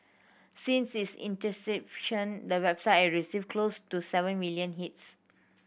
since its the website at received close to seven million hits